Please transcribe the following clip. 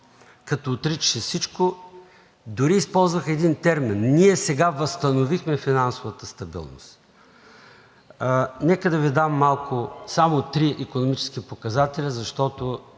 като отричаше всичко, дори използваха един термин: „Ние сега възстановихме финансовата стабилност.“ Нека да Ви дам само три икономически показателя, защото